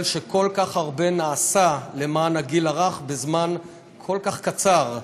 שבהן כל כך הרבה נעשה למען הגיל הרך בזמן כל כך קצר.